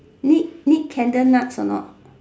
need need candle nuts a not